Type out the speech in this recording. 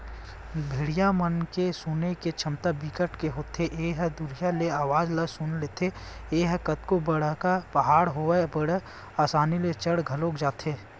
भेड़िया म सुने के छमता बिकट के होथे ए ह दुरिहा ले अवाज ल सुन लेथे, ए ह कतको बड़का पहाड़ होवय बड़ असानी ले चढ़ घलोक जाथे